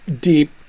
deep